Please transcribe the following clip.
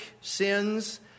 sins